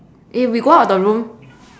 eh we go out the room